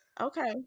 Okay